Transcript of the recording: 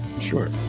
Sure